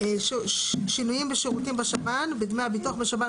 שינויים בשירותים בשב"ן ודמי הביטוח בשב"ן